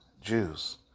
Jews